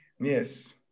Yes